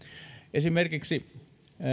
esimerkiksi